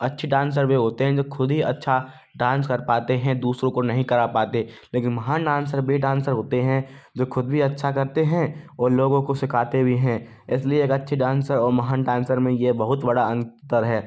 अच्छे डांसर वह होते हैं जो खुद ही अच्छा डांस कर पाते हैं दूसरों को नहीं कर पाते लेकिन महान डांसर वे डांसर होते हैं जो खुद भी अच्छा करते हैं और लोगों को सीखते भी हैं इसलिए एक अच्छे डांस और महान डांसर में यह बहुत बड़ा अंतर है